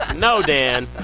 ah no, dan.